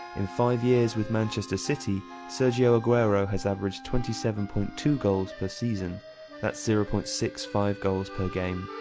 in five years with manchester city sergio aguero has averaged twenty seven point two goals per season thats zero point six five goals per game,